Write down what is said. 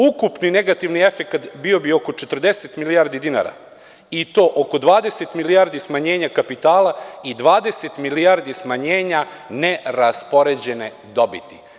Ukupni negativni efekat bio bi oko 40 milijardi dinara i to oko 20 milijardi smanjenja kapitala i 20 milijardi smanjenja neraspoređene dobiti.